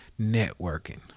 networking